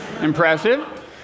Impressive